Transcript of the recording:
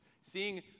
seeing